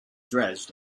dredged